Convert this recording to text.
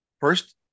First